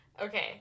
Okay